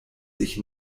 sich